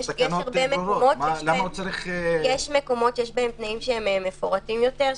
יש מקומות שיש בהם תנאים שהם מפורטים יותר,